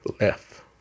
left